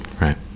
Right